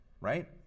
Right